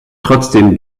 trotzdem